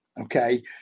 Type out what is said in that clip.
Okay